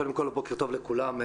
בוקר טוב לכולם.